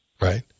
Right